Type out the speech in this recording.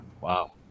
wow